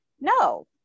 No